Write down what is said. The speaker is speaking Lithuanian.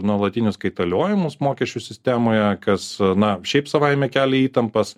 nuolatinius kaitaliojimus mokesčių sistemoje kas na šiaip savaime kelia įtampas